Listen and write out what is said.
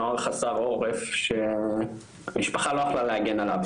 הנוער חסר עורף שהמשפחה לא יכלה להגן עליו